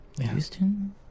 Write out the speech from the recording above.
Houston